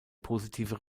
positive